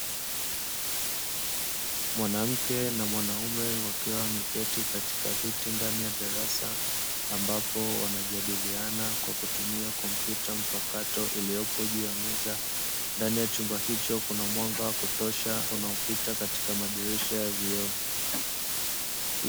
Mwanamke na mwanaume wakiwa wameketi katika viti ndani ya darasa, ambapo wanajadiliana kwa kutumia kompyuta mpakato iliyopo juu ya meza, ndani ya chumba hicho kuna mwanga kutosha unaopita katika madirisha ya vioo.